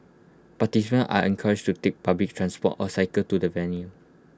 participants are encouraged to take public transport or cycle to the venue